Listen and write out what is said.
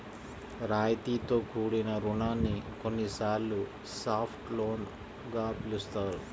రాయితీతో కూడిన రుణాన్ని కొన్నిసార్లు సాఫ్ట్ లోన్ గా పిలుస్తారు